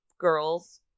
girls